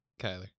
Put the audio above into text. Kyler